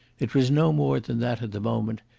it was no more than that at the moment,